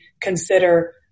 consider